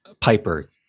Piper